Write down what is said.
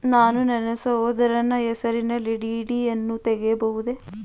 ನಾನು ನನ್ನ ಸಹೋದರನ ಹೆಸರಿನಲ್ಲಿ ಡಿ.ಡಿ ಯನ್ನು ತೆಗೆಯಬಹುದೇ?